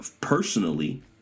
personally